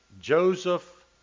Joseph